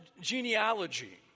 genealogy